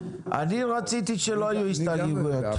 אני רציתי שלא יהיו הסתייגויות.